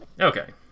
Okay